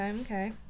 Okay